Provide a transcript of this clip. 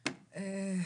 בבקשה.